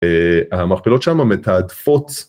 ‫המכפלות שם מתעדפות.